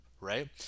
right